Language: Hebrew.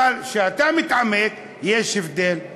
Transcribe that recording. אבל כשאתה מתעמק יש הבדל: